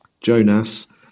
Jonas